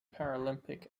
paralympic